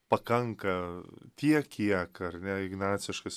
pakanka tiek kiek ar ne ignaciškas